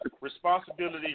Responsibility